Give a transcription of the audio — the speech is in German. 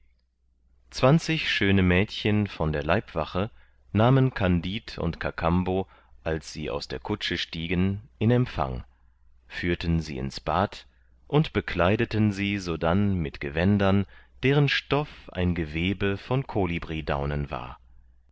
zwanzig schöne mädchen von der leibwache nahmen kandid und kakambo als sie aus der kutsche stiegen in empfang führten sie ins bad und bekleideten sie sodann mit gewändern deren stoff ein gewebe von kolibridaunen war